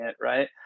right